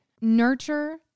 nurture